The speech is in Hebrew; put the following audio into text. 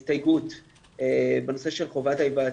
ואם יש הסתייגות בנושא של חובת ההיוועצות,